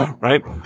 right